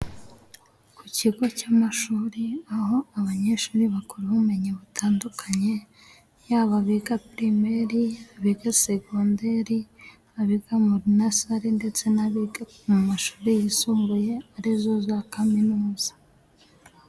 Ku kigo cy'amashuri aho abanyeshuri bakura ubumenyi butandukanye yaba abiga pirimeri, abiga segonderi, abiga mu nasari ndetse n'abiga mu mashuri yisumbuye arizo za kaminuza.